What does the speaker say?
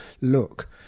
look